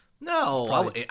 No